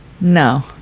No